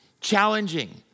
challenging